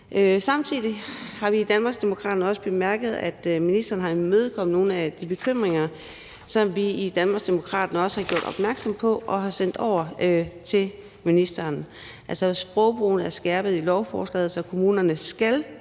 Samtidig har vi i Danmarksdemokraterne bemærket, at ministeren har imødekommet nogle af de bekymringer, som vi i Danmarksdemokraterne har gjort opmærksom på og har sendt over til ministeren. Sprogbrugen er skærpet i lovforslaget, så kommunerne skal